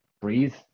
breathe